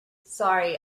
sorry